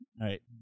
right